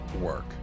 work